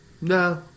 No